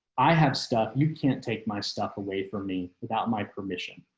i have stuff. you can't take my stuff away for me without my permission.